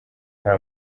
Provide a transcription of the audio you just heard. nta